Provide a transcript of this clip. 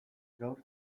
gaur